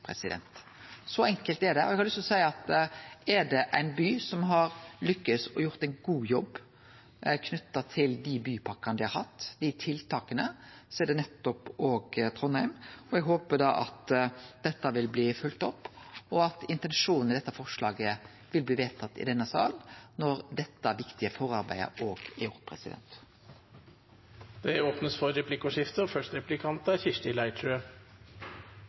Så enkelt er det. Eg har lyst til å seie at er det éin by som har lykkast og gjort ein god jobb knytt til dei bypakkane og dei tiltaka dei har hatt, er det nettopp Trondheim. Eg håpar at dette vil bli følgt opp, og at intensjonen i dette forslaget vil bli vedtatt i denne salen når dette viktige forarbeidet òg er gjort. Det blir replikkordskifte. Jeg trodde denne saken var klargjørende, men kommentarene fra statsråden gjorde at jeg ble litt usikker. Det er